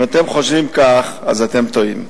אם אתם חושבים כך, אז אתם טועים.